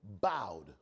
bowed